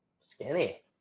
Skinny